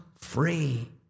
free